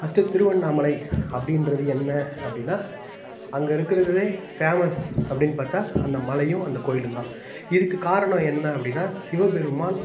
first Tiruvannamalai அப்படின்றது என்ன அப்படின்னா அங்கே இருக்கிறதுலே ஃபேமஸ் அப்படின்னு பார்த்தா அந்த மலையும் அந்த கோவிலும் தான் இதுக்கு காரணம் என்ன அப்படின்னா சிவபெருமான்